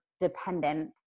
dependent